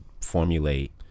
formulate